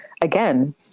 again